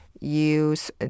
use